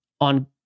On